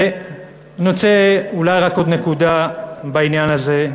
ואני רוצה אולי, רק עוד נקודה בעניין הזה,